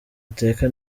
ateka